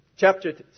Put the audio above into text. Chapter